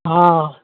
हॅं